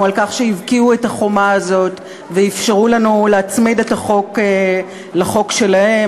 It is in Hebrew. על כך שהבקיעו את החומה הזאת ואפשרו לנו להצמיד את החוק לחוק שלהם.